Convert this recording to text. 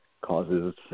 causes